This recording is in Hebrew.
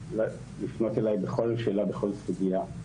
לפנות אלי בכל שאלה ובכל סוגיה.